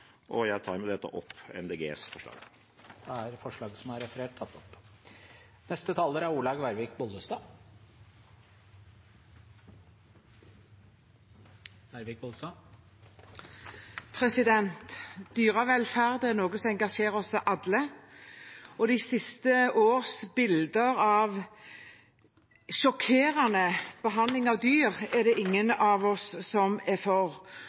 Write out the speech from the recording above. og jeg anbefaler med dette Miljøpartiet De Grønnes forslag. Dyrevelferd er noe som engasjerer oss alle, og de siste års bilder av sjokkerende behandling av dyr er det ingen av oss som er for. Det gjorde at forrige regjering startet et arbeid med dyrevelferdsmelding, og den nye regjeringen har utvidet den med et enda større mandat for